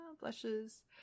Blushes